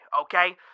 okay